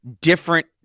different